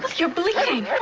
you're bleeding.